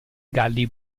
galli